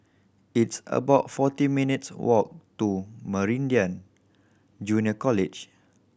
it's about forty minutes' walk to Meridian Junior College